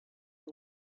куя